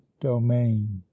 domain